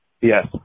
Yes